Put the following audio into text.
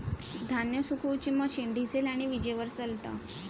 धान्य सुखवुची machine diesel आणि वीजेवर चलता